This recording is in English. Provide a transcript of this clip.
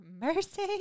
mercy